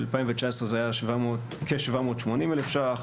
ב-2019 זה היה כ-780,000 שקלים,